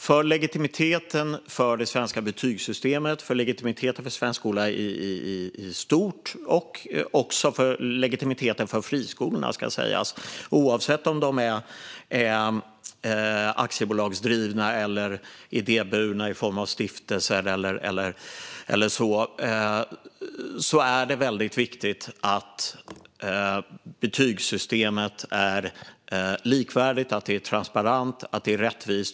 För legitimiteten för det svenska betygssystemet, för svensk skola i stort och också för friskolorna, oavsett om de är aktiebolagsdrivna eller idéburna i form av stiftelser eller så, är det väldigt viktigt att betygssystemet är likvärdigt, transparent och rättvist.